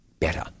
better